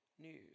news